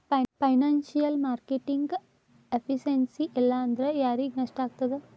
Financial marketing efficiency ಇಲ್ಲಾಂದ್ರ ಯಾರಿಗ್ ನಷ್ಟಾಗ್ತದ?